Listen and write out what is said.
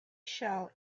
shell